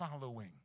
following